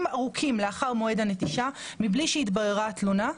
ארוכים לאחר מועד הנטישה מבלי שהתבררה התלונה,